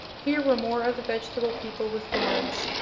here were more of the vegetable people with thorns,